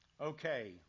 Okay